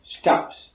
stops